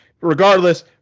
regardless